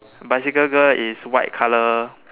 bicycle girl is white colour